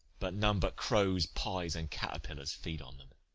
but none but crows, pies, and caterpillars feed on them.